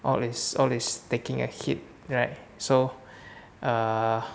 all is all is taking a hit right so err